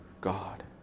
God